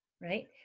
right